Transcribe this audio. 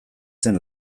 zen